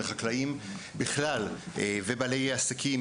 מחקלאים ומבעלי עסקים,